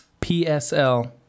PSL